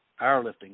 powerlifting